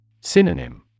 Synonym